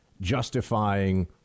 justifying